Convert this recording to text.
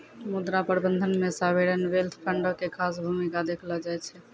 मुद्रा प्रबंधन मे सावरेन वेल्थ फंडो के खास भूमिका देखलो जाय छै